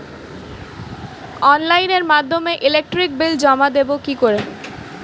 অনলাইনের মাধ্যমে electric bill জমা দেবো কি করে?